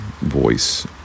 voice